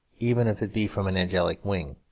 even if it be from an angelic wing.